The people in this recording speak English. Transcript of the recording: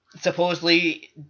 Supposedly